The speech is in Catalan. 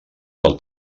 del